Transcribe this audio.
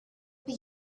but